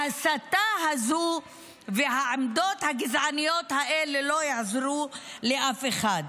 ההסתה הזו והעמדות הגזעניות האלה לא יעזרו לאף אחד.